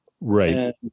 right